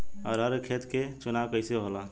अरहर के खेत के चुनाव कइसे होला?